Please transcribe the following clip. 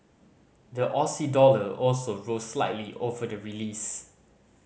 the Aussie dollar also rose slightly over the release